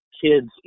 kids